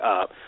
up